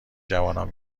جوانان